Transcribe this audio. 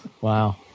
Wow